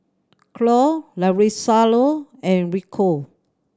Cloe Larissa and Rico